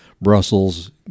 Brussels